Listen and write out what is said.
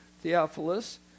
Theophilus